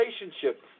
relationship